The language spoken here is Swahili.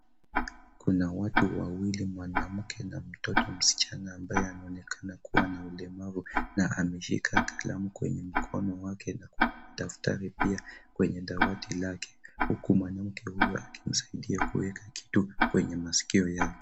Kuna watu wawili, mwanamke na mtoto msichana ambaye anaonekana kuwa na ulemavu na ameshika kalamu kwenye mkono wake na kuna madaftari pia kwenye dawati lake huku mwanamke huyo akimsaidia kuweka kitu kwenye masikio yake.